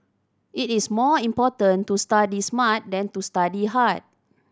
it is more important to study smart than to study hard